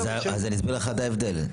זה כבר משהו אחר.